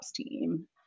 team